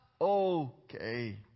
okay